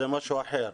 זה משהו אחר.